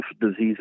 diseases